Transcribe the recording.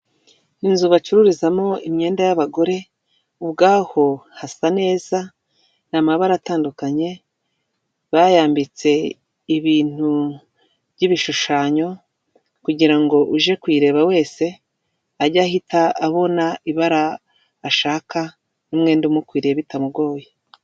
Inzu bacururizamo imyenda y'abagore, ubwaho hasan neza, ni amabara atandukanye, bayambitse ibintu by'ibishushanyo kugira ngo uje kuyireba wese, ajye ahita abona ibara ashaka n'umwenda umukwiriye bitamugoye.